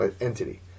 entity